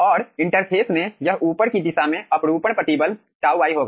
और इंटरफ़ेस में यह ऊपर की दिशा में अपरूपण प्रतिबल τ i होगा